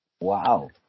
Wow